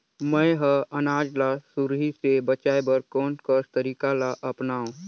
मैं ह अनाज ला सुरही से बचाये बर कोन कस तरीका ला अपनाव?